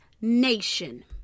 nation